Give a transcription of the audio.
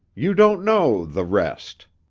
you don't know the rest.